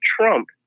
Trump